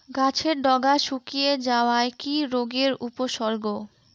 গাছের ডগা শুকিয়ে যাওয়া কি রোগের উপসর্গ?